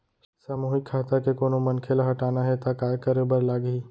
सामूहिक खाता के कोनो मनखे ला हटाना हे ता काय करे बर लागही?